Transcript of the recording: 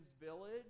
village